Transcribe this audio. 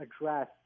address